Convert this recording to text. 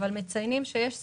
אבל מציינים שיש סיכונים.